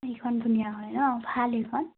এইখন ধুনীয়া হয় ন ভাল এইখন